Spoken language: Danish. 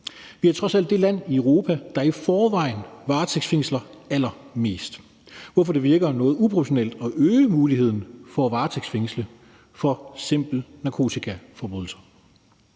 Vi er trods alt det land i Europa, der i forvejen varetægtsfængsler allermest, hvorfor det virker noget uproportionalt at øge muligheden for at varetægtsfængsle for simple narkotikaforbrydelser.